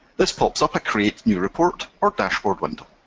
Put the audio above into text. this pops up a create new report or dashboard window.